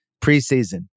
Preseason